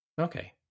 Okay